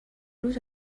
los